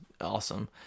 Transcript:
awesome